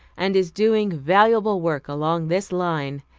and is doing valuable work along this line.